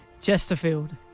Chesterfield